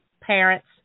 parents